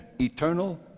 eternal